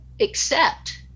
accept